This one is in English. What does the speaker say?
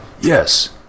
Yes